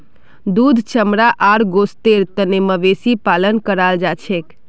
दूध चमड़ा आर गोस्तेर तने मवेशी पालन कराल जाछेक